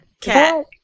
Cat